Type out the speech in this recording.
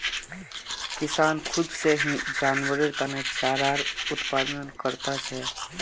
किसान खुद से ही जानवरेर तने चारार उत्पादन करता छे